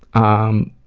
um,